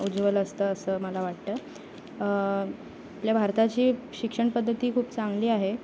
उज्ज्वल असतं असं मला वाटतं आपल्या भारताची शिक्षण पद्धती खूप चांगली आहे